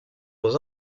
was